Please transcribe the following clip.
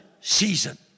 season